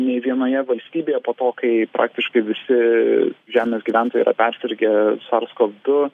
nei vienoje valstybėje po to kai praktiškai visi žemės gyventojai yra persirgę sars kov du